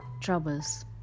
troubles